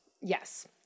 Yes